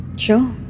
Sure